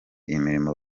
imirimo